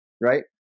Right